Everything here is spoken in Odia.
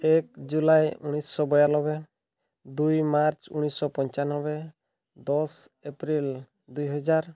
ଏକ ଜୁଲାଇ ଉଣେଇଶହ ବୟାନବେ ଦୁଇ ମାର୍ଚ୍ଚ ଉଣେଇଶହ ପଞ୍ଚାନବେ ଦଶ ଏପ୍ରିଲ ଦୁଇହଜାର